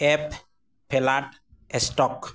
F flat stock